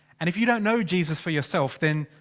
and if you don't know jesus for yourself, then.